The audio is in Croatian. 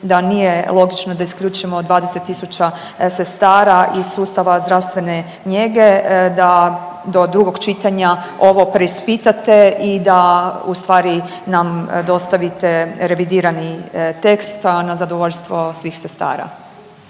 da nije logično da isključimo 20 tisuća sestara iz sustava zdravstvene njege, da do drugog čitanja ovo preispitate i da ustvari nam dostavite revidirani tekst, a na zadovoljstvo svih sestara.